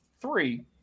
three